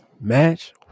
match